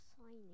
signing